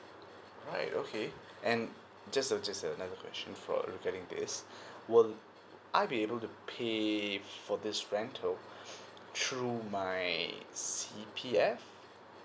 right okay and just a just a another question for uh regarding this will I be able to pay for this rental through my C_P_F